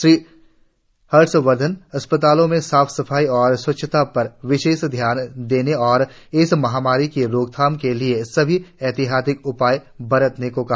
डॉ हर्षवर्धनने अस्पतालों में साफ सफाई और स्वच्छता पर विशेष ध्यान देने और इस महामारी की रोकथामके लिए सभी एहतियाती उपाय बरतने को कहा